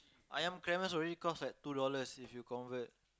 Ayam-Gremes already cost like two dollars if you convert